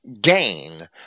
gain